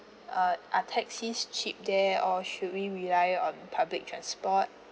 uh are taxis cheap there or should we rely on public transport